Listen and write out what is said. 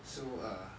so uh